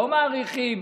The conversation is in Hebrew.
לא מאריכים,